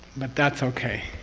but that's okay,